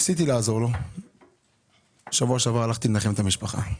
ניסיתי לעזור לו ובשבוע שעבר הלכתי לנחם את המשפחה,